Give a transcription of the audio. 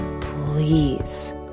please